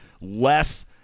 less